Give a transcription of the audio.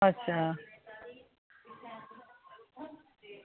अच्छा